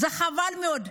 זה חבל מאוד.